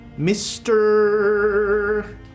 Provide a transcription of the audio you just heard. Mr